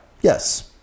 Yes